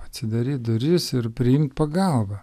atsidaryt duris ir priimt pagalbą